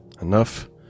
enough